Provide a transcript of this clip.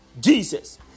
Jesus